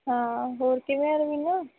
ਹਾਂ ਹੋਰ ਕਿਵੇਂ ਹੈ ਰਵੀਨਾ